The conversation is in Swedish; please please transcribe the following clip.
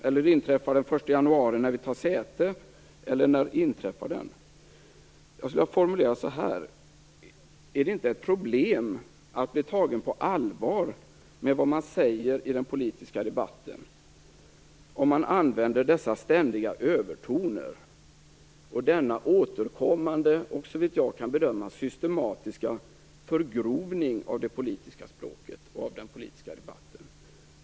Eller inträffar den katastrofen den 1 januari när vi tar säte i säkerhetsrådet, eller när inträffar den? Är det inte ett problem att bli tagen på allvar när det gäller det som man säger i den politiska debatten om man ständigt använder dessa övertoner och om man använder denna återkommande och, såvitt jag kan bedöma, systematiska förgrovning av det politiska språket och den politiska debatten?